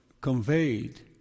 conveyed